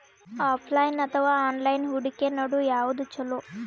Offline ಅಥವಾ online ಹೂಡಿಕೆ ನಡು ಯವಾದ ಛೊಲೊ?